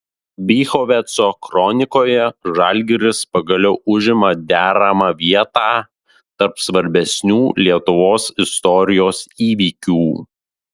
bychoveco kronikoje žalgiris pagaliau užima deramą vietą tarp svarbesnių lietuvos istorijos įvykių